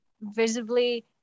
visibly